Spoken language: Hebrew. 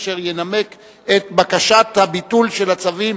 אשר ינמק את בקשת הביטול של הצווים,